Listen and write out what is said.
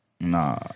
nah